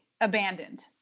abandoned